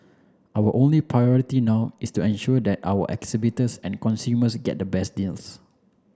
our only priority now is to ensure that our exhibitors and consumers get the best deals